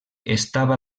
estava